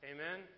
Amen